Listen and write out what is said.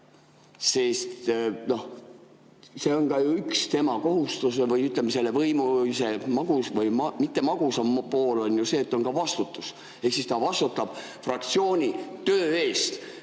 see on ka ju üks tema kohustusi, või ütleme, selle võimu magus või mittemagus pool on ju see, et on ka vastutus, ehk ta vastutab fraktsiooni töö eest.